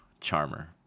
Charmer